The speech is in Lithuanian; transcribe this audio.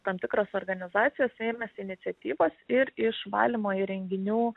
tam tikros organizacijos ėmėsi iniciatyvos ir iš valymo įrenginių